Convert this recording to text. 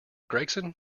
gregson